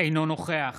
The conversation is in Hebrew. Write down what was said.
אינו נוכח